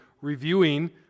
reviewing